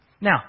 Now